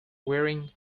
wearing